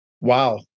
Wow